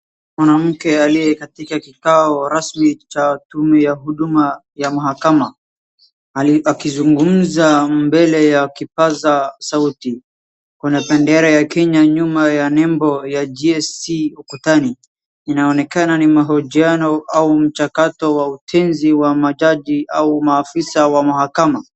Mwanamke aliye katika kikao rasmi cha tume ya huduma ya mahakama, akizungumza mbele ya kipaza sauti, kuna bendera ya Kenya nyuma ya nembo GSC ukutani, inaonekana ni mahojiano au mchakato wa utenzi wa wajaji au maafisa wa mahakama.